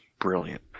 brilliant